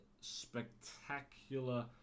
spectacular